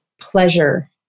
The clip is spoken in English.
pleasure